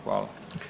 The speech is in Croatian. Hvala.